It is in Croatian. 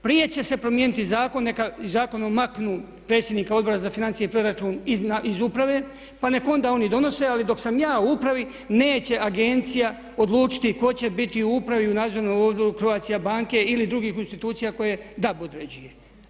Prije će se promijeniti zakon, neka iz zakona maknu predsjednika Odbora za financije i proračun iz uprave pa nek' onda oni donose ali dok sam ja u upravi neće agencija odlučiti tko će biti u upravi i nadzornom odboru Croatia banke ili drugih institucija koje DAB određuje.